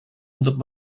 untuk